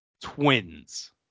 Twins